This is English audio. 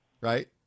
right